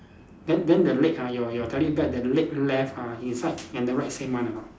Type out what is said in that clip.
then then the leg ah your your teddy bear the leg left ah inside and the right same one or not